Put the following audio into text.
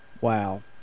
wow